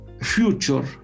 future